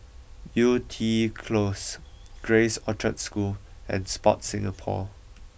Yew Tee Close Grace Orchard School and Sport Singapore